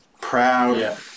proud